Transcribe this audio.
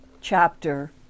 chapter